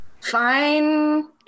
Fine